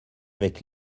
avec